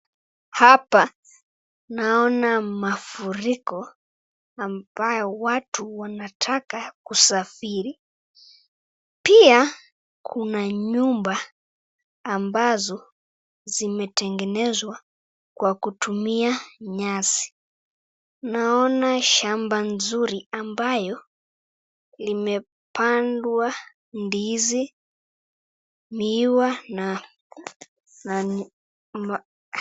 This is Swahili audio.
Hapa naona mafuriko ambayo watu wanataka kusafiri, pia kuna nyumba ambazo zimetengenezwa kwa kutumia nyasi. Naona shamba nzuri ambayo imepandwa ndizi, miwa na na ma ...